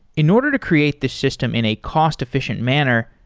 in order to create this system in a cost-efficient manner,